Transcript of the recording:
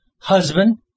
husband